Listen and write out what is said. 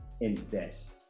Invest